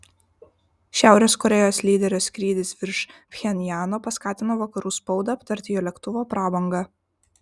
šiaurės korėjos lyderio skrydis virš pchenjano paskatino vakarų spaudą aptarti jo lėktuvo prabangą